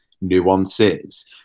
nuances